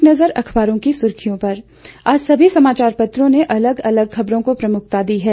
एक नज़र अखबारों की सुर्खियों पर आज सभी समाचापत्रों ने अलग अलग खबरों को प्रमुखता दी है